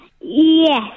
yes